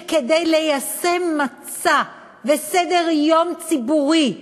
שכדי ליישם מצע וסדר-יום ציבורי,